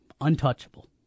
untouchable